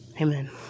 amen